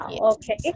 Okay